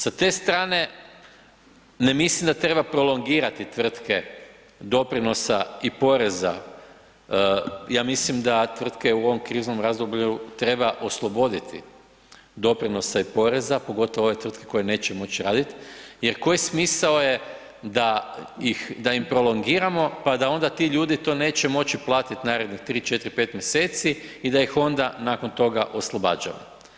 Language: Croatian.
Sa te strane ne mislim da treba prolongirati tvrtke doprinosa i poreza, ja mislim da tvrtke u ovom kriznom razdoblju treba osloboditi doprinosa i poreza, pogotovo ove tvrtke koje neće moći radit jer koji smisao je da im prolongiramo pa da onda ti ljudi to neće moći platit narednih 3, 4, 5 mj. i da ih onda nakon toga oslobađamo.